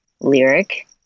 lyric